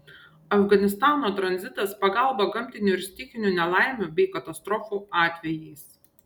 afganistano tranzitas pagalba gamtinių ir stichinių nelaimių bei katastrofų atvejais